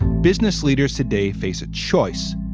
business leaders today face a choice.